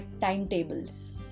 timetables